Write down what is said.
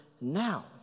now